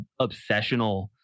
obsessional